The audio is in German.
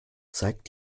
zeigt